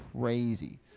crazy